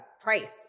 price